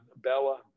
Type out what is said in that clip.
Bella